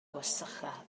gwersylla